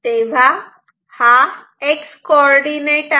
तेव्हा हा X coordinate आहे